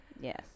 Yes